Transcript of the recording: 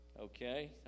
Okay